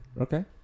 Okay